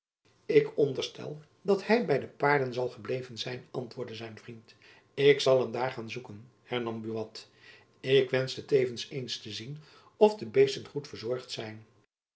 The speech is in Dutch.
ik onderstel dat hy by de paarden zal gebleven zijn antwoordde zijn vriend ik zal hem daar gaan zoeken hernam buat ik wenschte tevens eens te zien of de beesten goed verzorgd zijn